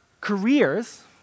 careers